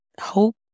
hope